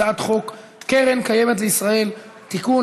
הצעת חוק קרן קיימת לישראל (תיקון,